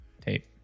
tape